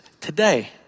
today